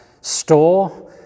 store